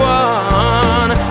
one